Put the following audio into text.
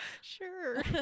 Sure